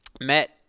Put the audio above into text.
Met